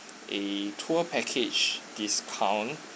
a tour package discount